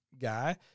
guy